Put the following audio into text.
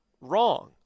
wrong